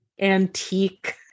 antique